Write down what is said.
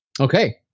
Okay